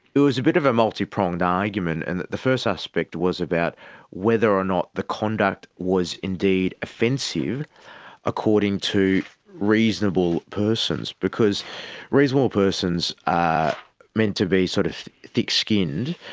it was a bit of a multipronged argument in and that the first aspect was about whether or not the conduct was indeed offensive according to reasonable persons because reasonable persons are meant to be sort of thick-skinned,